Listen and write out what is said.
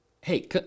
Hey